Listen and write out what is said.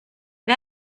wer